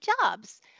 jobs